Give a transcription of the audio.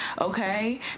okay